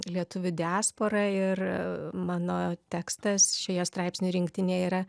lietuvių diaspora ir mano tekstas šioje straipsnių rinktinėje yra